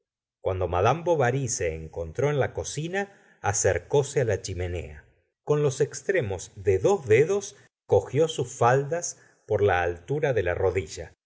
cuando madame bovary se encontró en la cocina acercóse la chimenea con los extremos de gustavo flaubert dos dedos cogió sus faldas por la altura de la rodilla